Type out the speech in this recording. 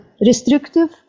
restrictive